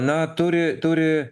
na turi turi